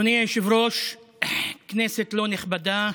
אדוני היושב-ראש, כנסת לא נכבדה,